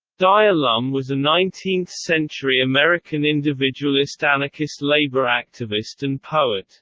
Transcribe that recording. dyer lum was a nineteenth century american individualist anarchist labor activist and poet